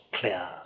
clear